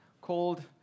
called